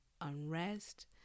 unrest